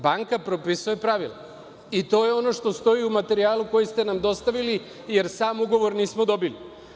Banka propisuje pravila i to je ono što stoji u materijalu koji ste nam dostavili jer sam ugovor nismo dobili.